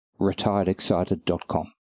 retiredexcited.com